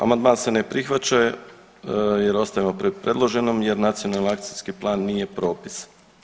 Amandman se ne prihvaća jer ostajemo pri predloženom jer nacionalni akcijski plan nije propis.